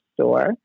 store